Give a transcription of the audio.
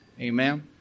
Amen